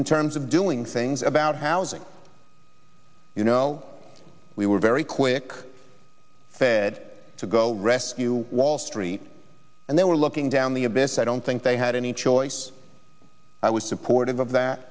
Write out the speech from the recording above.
in terms of doing things about housing you know we were very quick fed to go rescue wall street and they were looking down the abyss i don't think they had any choice i was supportive of that